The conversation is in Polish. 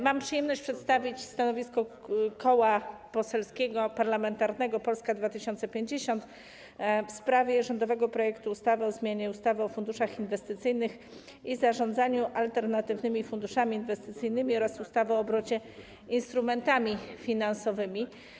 Mam przyjemność przedstawić stanowisko Koła Parlamentarnego Polska 2050 w sprawie rządowego projektu ustawy o zmianie ustawy o funduszach inwestycyjnych i zarządzaniu alternatywnymi funduszami inwestycyjnymi oraz ustawy o obrocie instrumentami finansowymi.